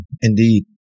Indeed